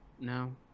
No